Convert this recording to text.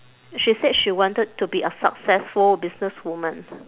she said she wanted to be a successful business woman